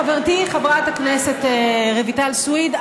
חברתי חברת הכנסת רויטל סויד,